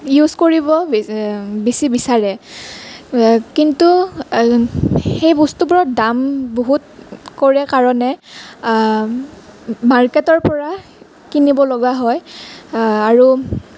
use কৰিব বেছি বিচাৰে কিন্তু সেই বস্তুবোৰত দাম বহুত কৰে কাৰণে মাৰ্কেটৰ পৰা কিনিব লগা হয় আৰু